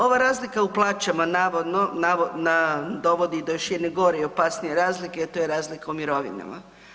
Ova razlika u plaćama, navodno dovodi do još jedne gore i opasnije razlike, a to je razlika u mirovinama.